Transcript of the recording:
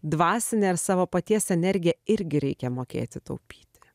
dvasinę ir savo paties energiją irgi reikia mokėti taupyti